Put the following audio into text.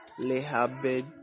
lehabed